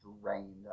drained